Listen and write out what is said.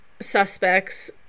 suspects